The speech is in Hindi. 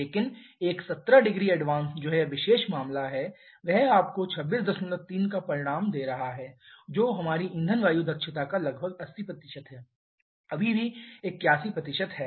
लेकिन एक 170 एडवांस जो यह विशेष मामला है वह आपको 263 का परिणाम दे रहा है जो हमारी ईंधन वायु दक्षता का लगभग 80 है अभी भी 81 है